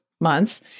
months